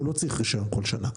הוא לא צריך רישיון כל שנה,